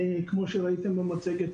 כמו שראיתם במצגת,